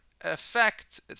effect